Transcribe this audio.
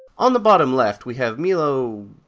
on the bottom left we have milo